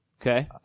Okay